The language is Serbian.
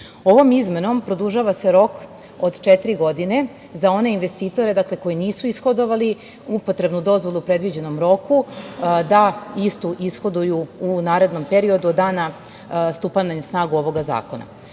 Ovom izmenom produžava se rok od četiri godine za one investitore koji nisu ishodovali upotrebnu dozvolu u predviđenom roku da istu ishoduju u narednom periodu od dana stupa na snagu ovoga zakona. Druga